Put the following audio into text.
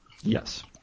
Yes